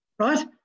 Right